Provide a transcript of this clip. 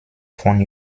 von